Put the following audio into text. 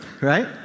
right